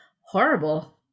horrible